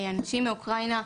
אנשים שהגיעו מאוקראינה